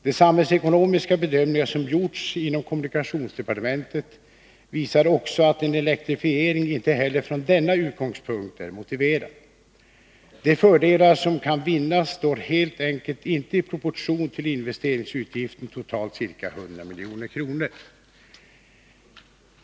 De samhällsekonomiska bedömningar som gjorts inom kommunikationsdepartementet visar också att en elektrifiering inte heller från denna utgångspunkt är motiverad. De fördelar som kan vinnas står helt enkelt inte i proportion till investeringsutgiften, totalt ca 100 milj.kr.